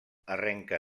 arrenca